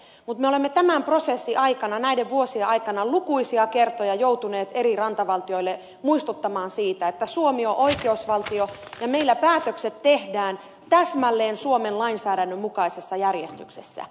mutta me olemme tämän prosessin aikana näiden vuosien aikana lukuisia kertoja joutuneet eri rantavaltioille muistuttamaan siitä että suomi on oikeusvaltio ja meillä päätökset tehdään täsmälleen suomen lainsäädännön mukaisessa järjestyksessä